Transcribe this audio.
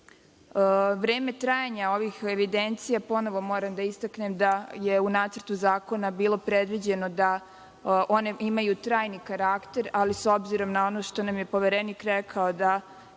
trajanja ovih evidencija, ponovo moram da istaknem da je u nacrtu zakona bilo predviđeno da one imaju trajni karakter, ali s obzirom na ono što nam je poverenik rekao, da